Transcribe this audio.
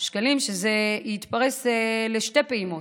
וזה יתפרס על שתי פעימות,